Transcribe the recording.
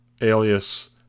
alias